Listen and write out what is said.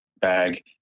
bag